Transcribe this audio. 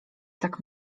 tak